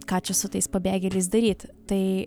ką čia su tais pabėgėliais daryti tai